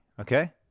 okay